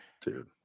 Dude